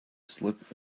slip